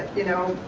you know,